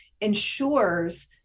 ensures